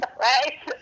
Right